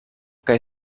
kaj